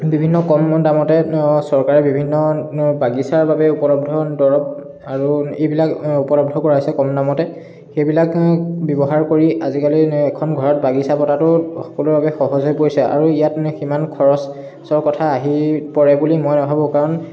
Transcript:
বিভিন্ন কম দামতে চৰকাৰে বিভিন্ন বাগিচাৰ বাবে উপলব্ধ দৰব আৰু এইবিলাক উপলব্ধ কৰাইছে কম দামতে সেইবিলাক ব্যৱহাৰ কৰি আজিকালি এখন ঘৰত বাগিচা পতাটো সকলোৰে বাবে সহজ হৈ পৰিছে আৰু ইয়াত সিমান খৰচৰ কথা আহি পৰে বুলি মই নেভাবো কাৰণ